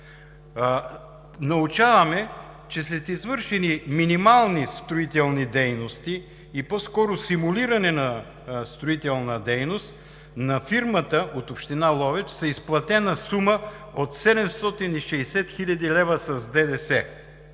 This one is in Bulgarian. Научаваме, че след извършени минимални строителни дейности, по-скоро симулиране на строителна дейност, на фирмата от Община Ловеч е изплатена сума от 760 хил. лв. с ДДС.